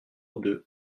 deux